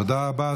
תודה רבה.